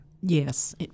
Yes